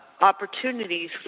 opportunities